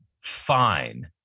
fine